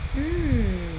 mm